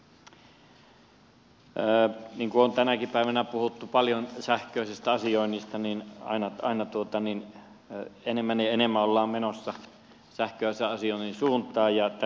niin kuin on tänäkin päivänä puhuttu paljon sähköisestä asioinnista niin aina enemmän ja enemmän ollaan menossa sähköisen asioinnin suuntaan